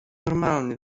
normalny